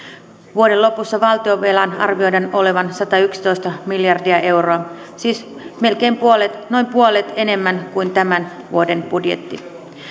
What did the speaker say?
vuoden lopussa valtionvelan arvioidaan olevan satayksitoista miljardia euroa siis noin puolet enemmän kuin tämän vuoden budjetti